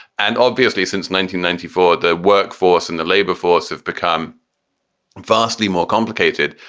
and obviously since nineteen ninety four, the workforce and the labor force have become vastly more complicated.